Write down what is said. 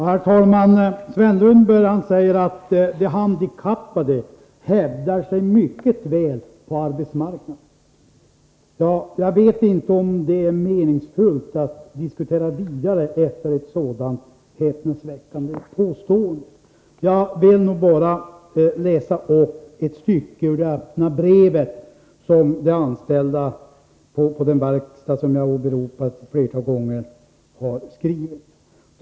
Herr talman! Sven Lundberg påstår att de handikappade hävdar sig mycket väl på arbetsmarknaden. Jag vet inte om det är meningsfullt att diskutera vidare med Sven Lundberg efter ett sådant häpnadsväckande påstående. Jag vill bara läsa upp ett stycke ur det öppna brev som de anställda på den verkstad som jag har åberopat flera gånger har skrivit.